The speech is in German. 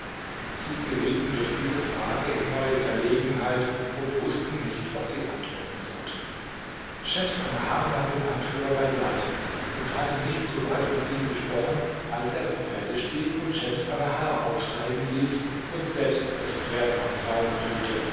sie gerieten durch diese frage in neue verlegenheit und wußten nicht was sie antworten sollten schems annahar nahm den anführer beiseite und hatte nicht sobald mit ihm gesprochen als er vom pferde stieg und schems annahar aufsteigen ließ und selbst das pferd am zaume führte